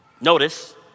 Notice